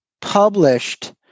published